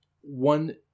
one